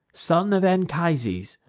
son of anchises,